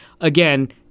again